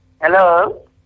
Hello